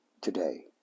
today